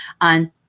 on